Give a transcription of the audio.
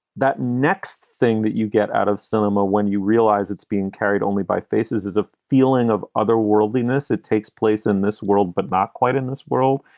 that next thing that you get out of cinema when you realize it's being carried only by faces is a feeling of other worldliness that takes place in this world, but not quite in this world,